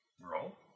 Roll